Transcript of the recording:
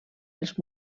els